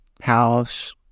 house